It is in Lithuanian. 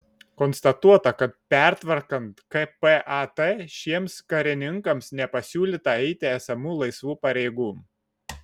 konstatuota kad pertvarkant kpat šiems karininkams nepasiūlyta eiti esamų laisvų pareigų